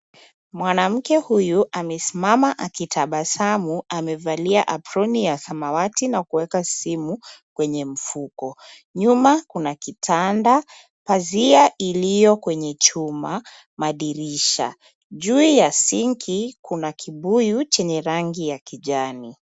Mwanamke huyu amesimama akitabasamu, amevalia aproni ya samawati na kuweka simu kwenye mfuko. Nyuma kuna kitanda, pazia ilio kwenye chuma, madirisha. Juu ya sinki kuna kibuyu chenye rangi ya kijani.